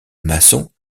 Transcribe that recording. masson